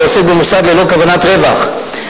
העוסק במוסד ללא כוונת רווח.